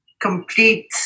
complete